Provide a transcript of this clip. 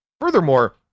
Furthermore